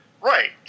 Right